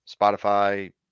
Spotify